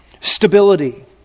stability